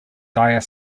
dire